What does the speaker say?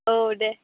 औ दे